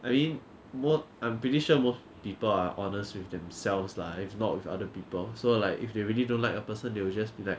I mean mo~ I'm pretty sure most people are honest with themselves lah if not with other people so like if they really don't like a person they will just be like